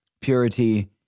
purity